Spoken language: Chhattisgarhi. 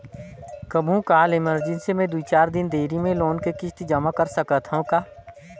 कभू काल इमरजेंसी मे दुई चार दिन देरी मे लोन के किस्त जमा कर सकत हवं का?